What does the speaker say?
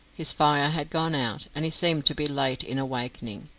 his fire had gone out, and he seemed to be late in awaking,